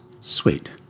sweet